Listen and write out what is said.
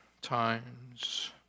times